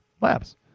labs